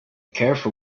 careful